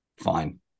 fine